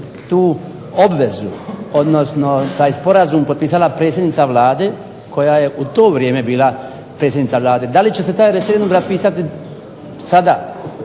tu obvezu, odnosno taj sporazum potpisala predsjednica Vlade koja je u to vrijeme bila predsjednica Vlade. Da li će se taj referendum raspisati sada,